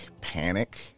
Panic